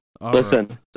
Listen